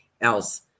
else